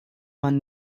man